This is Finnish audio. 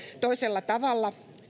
toisella tavalla